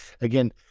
again